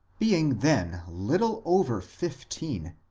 being then little over fifteen,